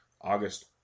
August